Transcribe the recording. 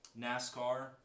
NASCAR